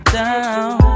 down